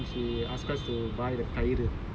she ya she came only last week she ask us